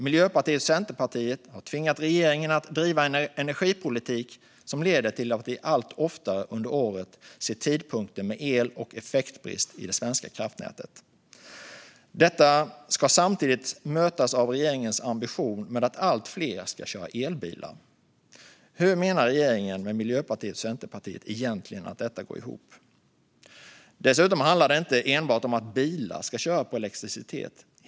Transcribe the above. Miljöpartiet och Centerpartiet har tvingat regeringen att driva en energipolitik som leder till att vi allt oftare under året ser tidpunkter med el och effektbrist i det svenska kraftnätet. Detta ska samtidigt mötas av regeringens ambition att allt fler ska köra elbilar. Hur menar regeringen, med Miljöpartiet och Centerpartiet, att detta går ihop? Det handlar dessutom inte enbart om att bilar ska köras på elektricitet.